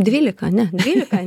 dvylika ne dvylika